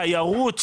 תיירות,